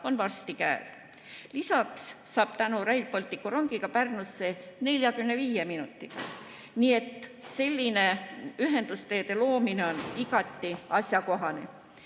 on varsti käes. Lisaks hakkab tänu Rail Balticule saama rongiga Pärnusse 45 minutiga. Nii et selline ühendusteede loomine on igati asjakohane.